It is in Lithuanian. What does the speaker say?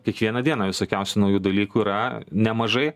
kiekvieną dieną visokiausių naujų dalykų yra nemažai